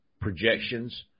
projections